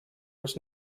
was